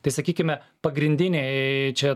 tai sakykime pagrindiniai čia